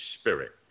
spirit